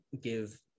give